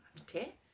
okay